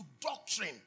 doctrine